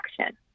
action